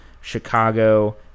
Chicago